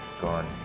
gone